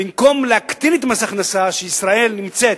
במקום להקטין את מס הכנסה, שהרי ישראל נמצאת